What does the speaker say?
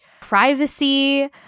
privacy